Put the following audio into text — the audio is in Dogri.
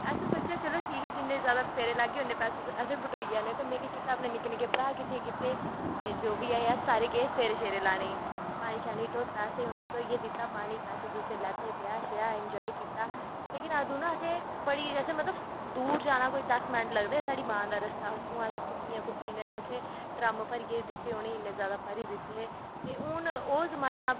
असें सोचेआ जिन्ने जादा फेरे लाह्गे ते उन्ने जादा पैसे बटोई जाने ते में केह् कीता अपने निक्के निक्के भ्राह् किट्ठे कीते ते जो बी ऐहे अस सारे गे फेरे लाने गी पानी ढोता फेरे सेरे लाए पैसे लैत्ते ब्याह इंजाय कीता अदूं असें दूर जाना मतलव कोई दस मैंट लगदे हे साढ़ी बांऽ दा रस्ता उत्थें असैं कुप्पियें कुप्पियें ड्रम इन्ने जादा भरी दित्ते हे उनेंगी ते हून ओह् जमाना